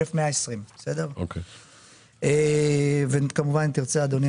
1,120. וכמובן אם תרצה אדוני,